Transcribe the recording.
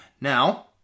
Now